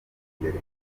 imbere